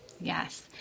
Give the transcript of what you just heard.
Yes